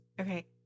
Okay